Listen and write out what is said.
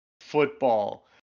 football